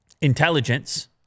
intelligence